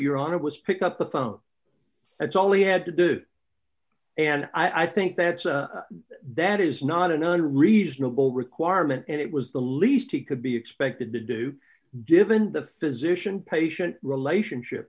year on it was pick up the phone that's all he had to do and i think that that is not an unreasonable requirement and it was the least he could be expected to do given the physician patient relationship